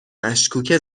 مشکوکه